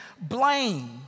blame